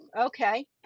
Okay